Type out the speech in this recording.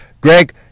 Greg